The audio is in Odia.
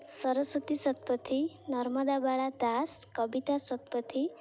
ସରସ୍ୱତୀ ଶତପଥୀ ନର୍ମଦାବାଳା ଦାସ କବିତା ସତପଥୀ